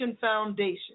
Foundation